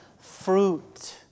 fruit